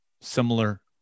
similar